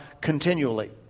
continually